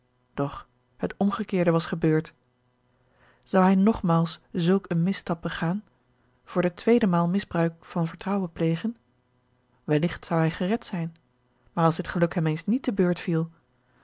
doch het omgekeerde was gebeurd zou hij nogmaals zulk een misstap begaan voor de tweede maal misbruik van vertrouwen plegen welligt zou hij gered zijn maar als dit geluk hem eens niet te beurt viel